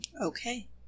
Okay